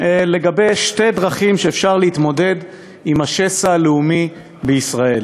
לגבי שתי דרכים אפשריות להתמודדות עם השסע הלאומי בישראל